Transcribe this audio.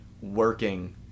working